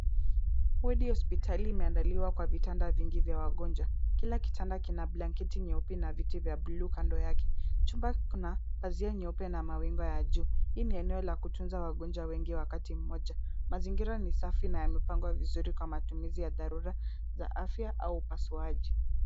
Wodi ya hospitali imeandaliwa kwa vitanda vingi vya wagonjwa. Kila kitanda kina blanketi nyeupe na viti vya buluu kando yake. Chumba kuna pazia nyeupe na mawingu ya juu. Hili ni eneo la kutunza wagonjwa wengi kwa wakati mmoja. Mazingira ni safi na yamepangwa vizuri kwa matumizi ya dharura za afya au upasuaji.